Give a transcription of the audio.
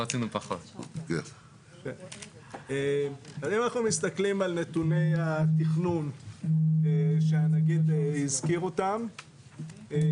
אם אנחנו מסתכלים על נתוני התכנון שהנגיד הזכיר אותם,